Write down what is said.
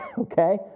okay